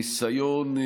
ניסיון,